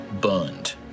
burned